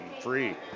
free